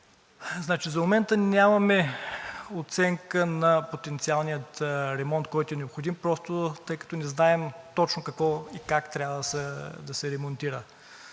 За момента нямаме оценка на потенциалния ремонт, който е необходим, тъй като не знаем точно какво и как трябва да се ремонтира.